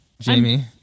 Jamie